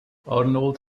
arnold